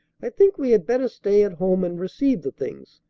i think we had better stay at home and receive the things.